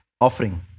offering